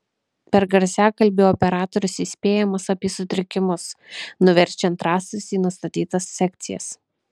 per garsiakalbį operatorius įspėjamas apie sutrikimus nuverčiant rąstus į nustatytas sekcijas